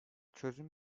çözüm